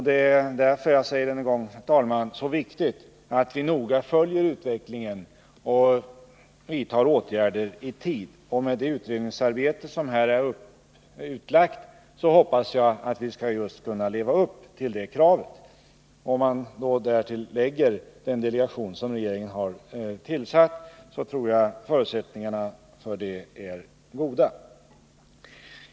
Det är därför som jag än en gång, herr talman, säger att det är viktigt att vi noga följer utvecklingen och vidtar åtgärder i tid. Och med det utredningsarbete som här är utlagt hoppas jag att vi skall kunna leva upp till det kravet. Om man därtill lägger den delegation som regeringen har tillsatt tror jag att förutsättningarna att lyckas med detta är goda.